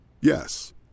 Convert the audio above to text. Yes